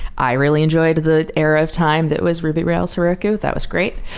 i really enjoyed the era of time that was ruby rails heroku. that was great.